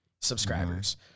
subscribers